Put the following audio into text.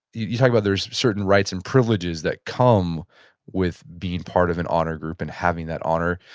you talked about there's certain rights and privileges that come with being part of an honor group and having that honor,